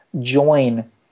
join